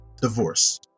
divorce